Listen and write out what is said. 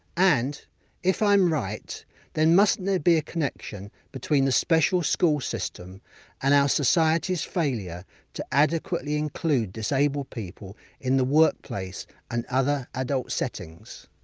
and if i'm right then mustn't there be a connection between the special school system and our society's failure to adequately include disabled people in the workplace and other adult settings!